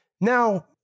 Now